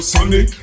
Sonic